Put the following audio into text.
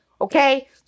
okay